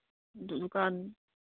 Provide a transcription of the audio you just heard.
ꯗꯨꯀꯥꯟ